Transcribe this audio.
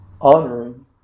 honoring